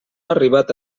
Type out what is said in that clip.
arribat